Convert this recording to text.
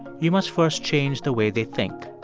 you must first change the way they think